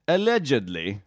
Allegedly